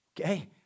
Okay